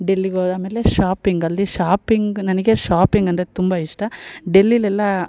ಡೆಲ್ಲಿಗೋದ ಆಮೇಲೆ ಶಾಪಿಂಗ್ ಅಲ್ಲಿ ಶಾಪಿಂಗ್ ನನಗೆ ಶಾಪಿಂಗ್ ಅಂದರೆ ತುಂಬ ಇಷ್ಟ ಡೆಲ್ಲೀಲೆಲ್ಲ